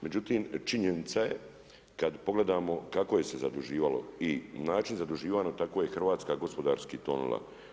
Međutim, činjenica je kada pogledamo kako se je zaduživalo i način zaduživanja tako je Hrvatska gospodarski tonula.